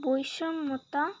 বৈষম্যতা